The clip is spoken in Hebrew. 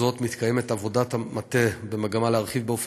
בשל כך מתקיימת עבודת מטה במגמה להרחיב באופן